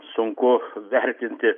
sunku vertinti